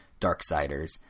Darksiders